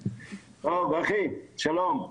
שלום, אחי, שלום.